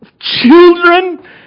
children